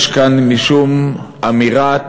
יש כאן משום אמירה,